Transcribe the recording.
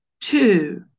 two